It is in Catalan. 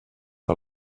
que